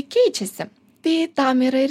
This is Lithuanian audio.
keičiasi tai tam yra ir